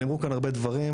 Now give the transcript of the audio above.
נאמרו כאן הרבה דברים.